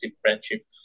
friendship